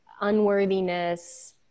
unworthiness